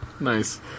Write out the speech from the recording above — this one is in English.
Nice